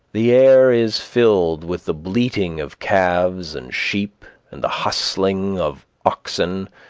the air is filled with the bleating of calves and sheep, and the hustling of oxen,